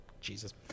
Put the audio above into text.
Jesus